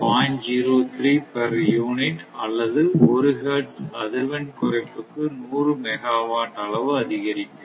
03 per unit அல்லது 1 Hz அதிர்வெண் குறைப்புக்கு 100 மெகாவாட் அளவு அதிகரிக்கும்